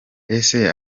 ese